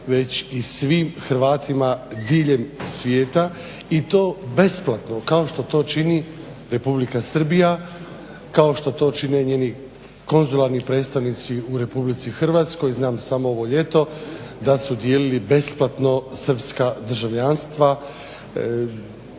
već i svim Hrvatima diljem svijeta. I to besplatno kao što čini Republika Srbija, kao što to čine njeni konzularni predstavnici u RH. Znam samo ovo ljeto da su dijelili besplatno srpska državljanstva.